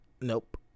nope